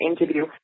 interview